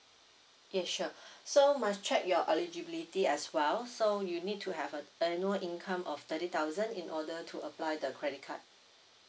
yeah sure so must check your eligibility as well so you need to have a annual income of thirty thousand in order to apply the credit card